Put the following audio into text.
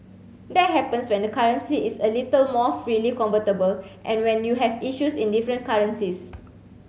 that happens when the currency is a little more freely convertible and when you have issues in different currencies